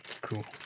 Cool